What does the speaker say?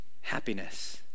happiness